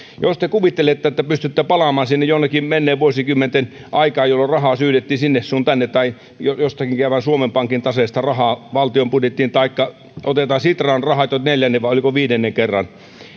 jos te kuvittelette että te pystytte palaamaan sinne jonnekin menneiden vuosikymmenten aikaan jolloin rahaa syydettiin sinne sun tänne tai käymään jostakin suomen pankin taseesta rahaa valtion budjettiin taikka ottamaan sitran rahat jo neljännen vai oliko viidennen kerran